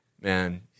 man